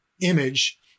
image